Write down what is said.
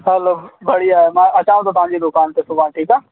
हलो बढ़िया मां अचांव थो तव्हां जी दुकान ते सुभाणे ठीकु आहे